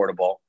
affordable